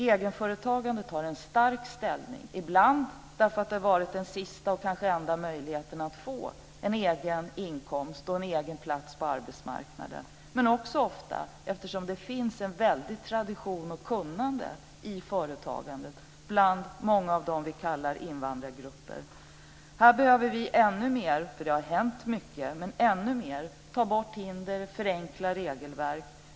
Egenföretagandet har en stark ställning, ibland för att det har varit den sista och kanske enda möjligheten att få en egen inkomst och en egen plats på arbetsmarknaden. Dessutom finns det ofta en väldig tradition och ett stort kunnande i fråga om företagande bland många av dem vi kallar invandrargrupper. Här behöver vi ännu mer - för det har redan hänt mycket - ta bort hinder och förenkla regelverk.